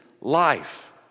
life